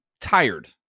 tired